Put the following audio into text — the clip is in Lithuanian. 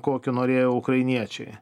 kokiu norėjo ukrainiečiai